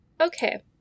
Okay